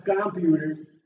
computers